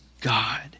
God